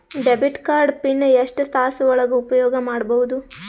Debit card PIN ಎಷ್ಟ ತಾಸ ಒಳಗ ಉಪಯೋಗ ಮಾಡ್ಬಹುದು?